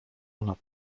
ona